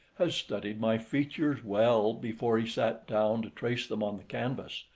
has studied my features well before he sat down to trace them on the canvas,